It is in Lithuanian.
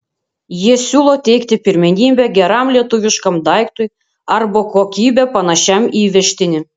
jie siūlo teikti pirmenybę geram lietuviškam daiktui arba kokybe panašiam į įvežtinį